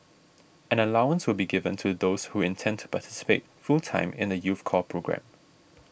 an allowance will be given to those who intend to participate full time in the youth corps programme